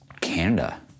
Canada